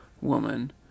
woman